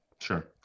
Sure